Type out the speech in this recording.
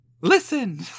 Listen